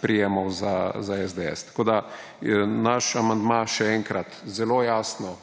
prijemov za SDS. Naš amandma, še enkrat, zelo jasno